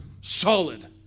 solid